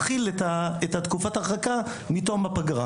זה להחיל את תקופת ההרחקה מתום הפגרה.